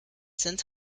sind